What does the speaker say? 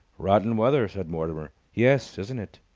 rotten weather! said mortimer. yes, isn't it!